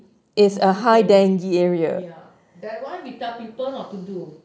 ya that one we tell people not to do